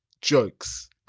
jokes